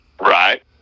Right